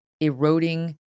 eroding